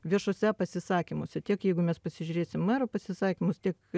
viešuose pasisakymuose tiek jeigu mes pasižiūrėsim mero pasisakymus tiek